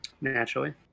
Naturally